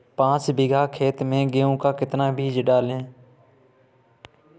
पाँच बीघा खेत में गेहूँ का कितना बीज डालें?